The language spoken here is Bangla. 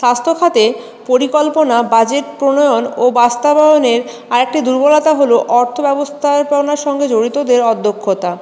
স্বাস্থ্যখাতে পরিকল্পনা বাজেট প্রণয়ন ও বাস্তবায়ানের আর একটি দুর্বলতা হল অর্থ ব্যবস্থাপনার সঙ্গে জড়িতদের অদক্ষতা